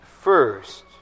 first